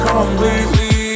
Completely